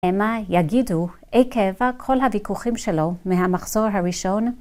המה יגידו עקב כל הוויכוחים שלו מהמחזור הראשון